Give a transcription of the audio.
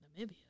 Namibia